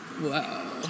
Wow